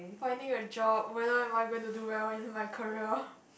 finding a job whether am I going to do well in my career